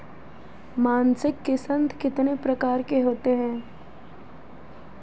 मासिक किश्त कितने प्रकार की होती है?